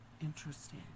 Interesting